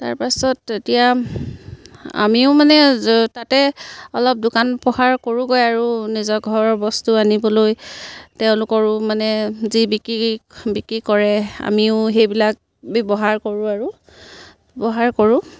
তাৰপাছত এতিয়া আমিও মানে তাতে অলপ দোকান পোহাৰ কৰোঁগৈ আৰু নিজৰ ঘৰৰ বস্তু আনিবলৈ তেওঁলোকৰো মানে যি বিক্ৰী বিক্ৰী কৰে আমিও সেইবিলাক ব্যৱহাৰ কৰোঁ আৰু ব্যৱহাৰ কৰোঁ